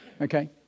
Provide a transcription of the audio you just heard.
Okay